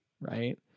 Right